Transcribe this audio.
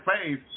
faith